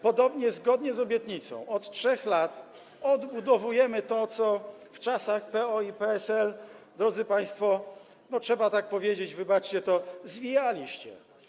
Podobnie, zgodnie z obietnicą, od 3 lat odbudowujemy to, co w czasach PO i PSL, drodzy państwo - trzeba tak powiedzieć, wybaczcie to - zwijaliście.